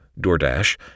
DoorDash